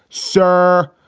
sir?